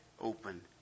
open